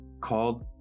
called